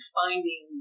finding